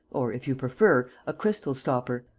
or, if you prefer, a crystal stopper,